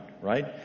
right